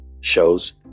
shows